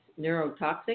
neurotoxic